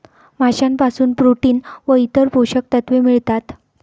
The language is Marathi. माशांपासून प्रोटीन व इतर पोषक तत्वे मिळतात